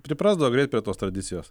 priprasdavo greit prie tos tradicijos